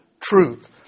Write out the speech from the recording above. truth